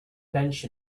bench